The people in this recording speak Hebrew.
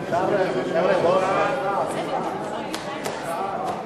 למה לעשות תרגילים?